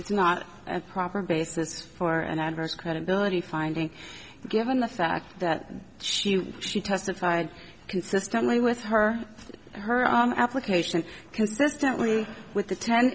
it's not a proper basis for an adverse credibility finding given the fact that she she testified consistently with her her application consistently with the ten